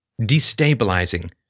destabilizing